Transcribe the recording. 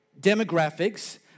demographics